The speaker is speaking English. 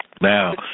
Now